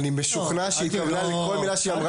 תקנו אותי אם אני